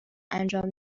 انجام